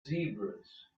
zebras